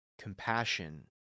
compassion